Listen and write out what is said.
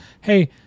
hey